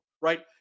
right